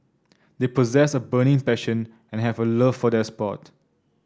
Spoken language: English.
they possess a burning passion and have a love for their sport